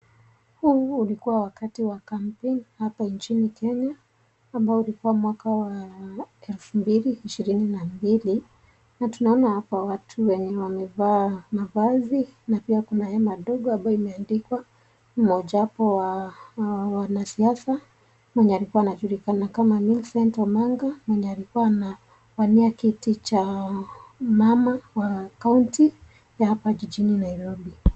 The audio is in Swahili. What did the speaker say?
Huu ulikua wakati wa kampeni hapa nchini Kenya, ambao ulikuwa mwaka wa 2022.Na tunaona hapo watu wenye wamevaa mavazi ,na pia kuna hema ndogo ambayo imeandikwa mojawapo ya wanasiasa mwenye alikua anajulikana kama Millicent Omanga, mwenye alikuwa anawania kiti cha mama wa kaunti ya hapa jijini Nairobi.